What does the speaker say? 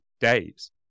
days